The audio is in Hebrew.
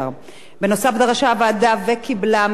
בנוסף דרשה הוועדה וקיבלה מהשרים,